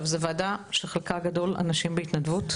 זה ועדה שחלקה הגדול אנשים בהתנדבות,